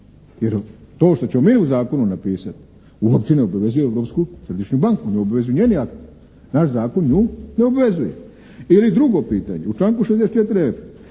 Jer to što ćemo mi u zakonu napisati uopće ne obvezuje Europsku središnju banku, ne obvezuju njeni akti. Naš zakon nju ne obvezuje. Ili drugo pitanje. U članku 64.f